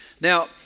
Now